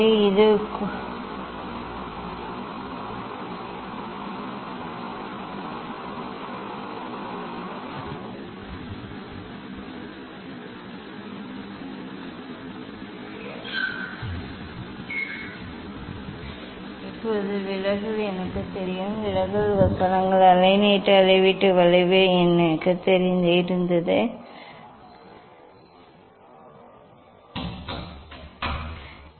இந்த பகுதியை முதலில் செய்வோம் ஏற்கனவே நான் சொன்னேன் ஏற்கனவே சொன்னேன்